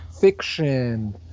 fiction